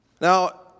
Now